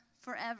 forever